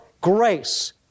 grace